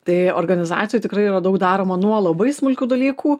tai organizacijoj tikrai yra daug daroma nuo labai smulkių dalykų